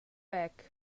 back